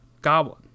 Goblin